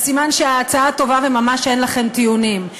אז סימן שההצעה טובה וממש אין לכם טיעונים.